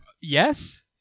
Yes